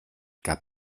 gab